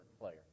player